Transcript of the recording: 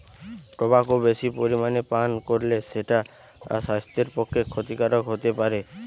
tobacco বেশি পরিমাণে পান কোরলে সেটা সাস্থের প্রতি ক্ষতিকারক হোতে পারে